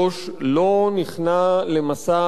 לא נכנע למסע ההפחדות